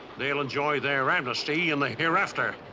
they'll enjoy their amnesty in the hereafter.